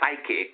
psychic